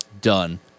done